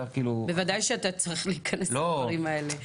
בוודאי שאתה צריך להיכנס לדברים האלה.